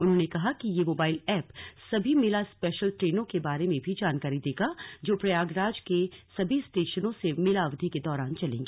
उन्होंने कहा कि ये मोबाइल एप सभी मेला स्पेशल ट्रेनों के बारे में भी जानकारी देगा जो प्रयागराज के सभी स्टेशनों से मेला अवधि के दौरान चलेंगी